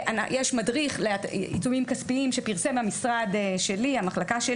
נלמד את זה, נסדר אותו.